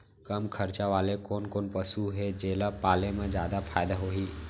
कम खरचा वाले कोन कोन पसु हे जेला पाले म जादा फायदा होही?